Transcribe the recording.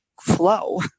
flow